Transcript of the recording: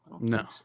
No